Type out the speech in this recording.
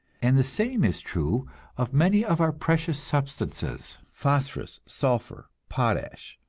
and the same is true of many of our precious substances phosphorus, sulphur, potash.